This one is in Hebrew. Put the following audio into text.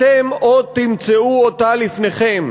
אתם עוד תמצאו אותה לפניכם.